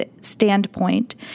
standpoint